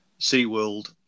SeaWorld